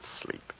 sleep